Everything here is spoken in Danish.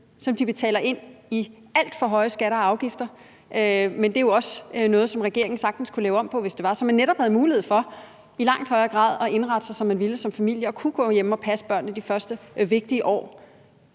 som de betaler ind i alt for høje skatter og afgifter. Og det er jo også noget, som regeringen faktisk kunne lave om på, hvis den ville, så man som familie netop havde mulighed for i langt højere grad at indrette sig, som man ville, og kunne gå hjemme og passe børnene de første vigtige år.